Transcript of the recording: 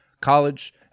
College